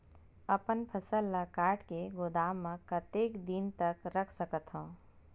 अपन फसल ल काट के गोदाम म कतेक दिन तक रख सकथव?